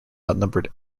outnumbered